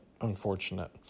unfortunate